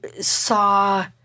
saw